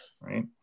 right